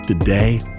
Today